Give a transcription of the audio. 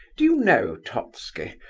do you know, totski,